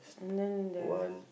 and then the